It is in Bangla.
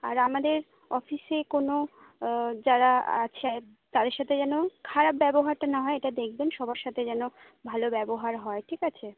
আর আমাদের অফিসে কোনো যারা আছে তাদের সাথে যেন খারাপ ব্যবহারটা না হয় এটা দেখবেন সবার সাথে যেন ভালো ব্যবহার হয় ঠিক আছে